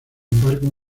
embargo